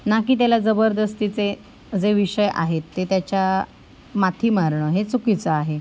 ना की त्याला जबरदस्तीचे जे विषय आहेत ते त्याच्या माथी मारणं हे चुकीचं आहे